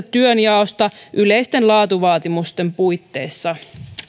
työnjaosta yleisten laatuvaatimusten puitteissa